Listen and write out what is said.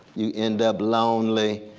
you end up lonely?